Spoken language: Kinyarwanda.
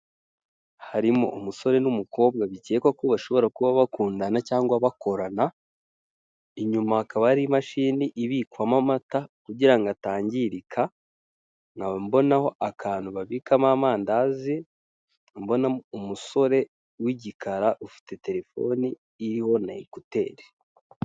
Harimo umusore n'umukobwa bikekwa ko bashobora kuba bakundana cyangwa bakorana, inyuma hakaba hari imashini ibikwamo amata kugira ngo atangirika, nkaba mbonaho akantu babikamo amandazi, mbonamo umusore w'igikara ufite telefone iriho na ekuteri.